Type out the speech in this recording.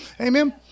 Amen